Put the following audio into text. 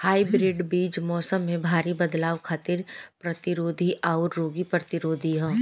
hybrid बीज मौसम में भारी बदलाव खातिर प्रतिरोधी आउर रोग प्रतिरोधी ह